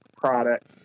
product